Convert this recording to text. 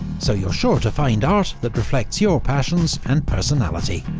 so you're sure to find art that reflects your passions and personality.